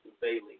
Bailey